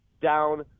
down